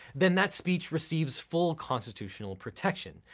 then that speech receives full constitutional protection.